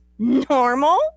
normal